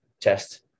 test